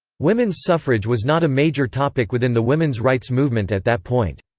women's suffrage was not a major topic within the women's rights movement at that point.